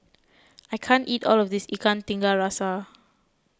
I can't eat all of this Ikan Tiga Rasa